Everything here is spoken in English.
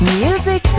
music